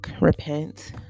repent